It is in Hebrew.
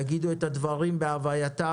אני